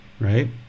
right